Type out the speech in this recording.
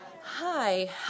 Hi